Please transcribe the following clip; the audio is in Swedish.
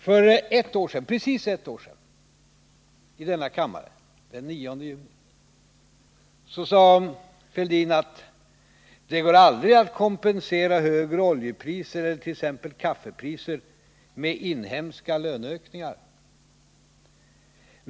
För precis ett år sedan, den 9 juni, i denna kammare, sade Thorbjörn Fälldin: ”Det går aldrig att kompensera högre oljepriser eller t.ex. högre kaffepriser med inhemska lönehöjningar.